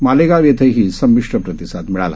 मालेगावइथंहीसंमिश्रप्रतिसादमिळाला